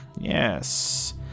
yes